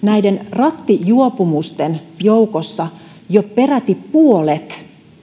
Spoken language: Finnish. rattijuopumusten joukossa jo peräti puolet